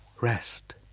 Rest